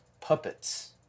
puppets